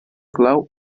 clau